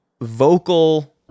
vocal